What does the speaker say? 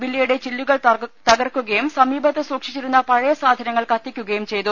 വില്ലയുടെ ചില്ലുകൾ തകർക്കുകയും സമീപത്ത് സൂക്ഷിച്ചിരുന്ന പഴയ സാധനങ്ങൾ കത്തിക്കുകയും ചെയ്തു